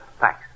Thanks